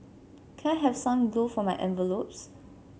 can I have some glue for my envelopes